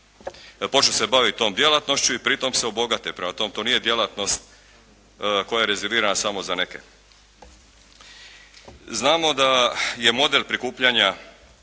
počnu se bavit tom djelatnošću i pritom se obogate. Prema tome, to nije djelatnost koja je rezervirana samo za neke. Znamo da je model prikupljanja